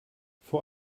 vor